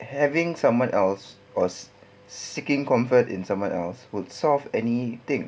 having someone else was seeking comfort in someone else would solve anything